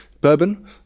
Bourbon